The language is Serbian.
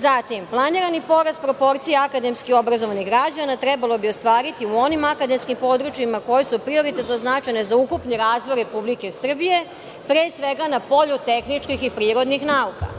Zatim, planirani porez proporcija akademski obrazovanih građana trebalo bi ostvariti u onim akademskim područjima koje su prioritetno značajne za ukupni razvoj Republike Srbije, pre svega na polju tehničkih i prirodnih nauka.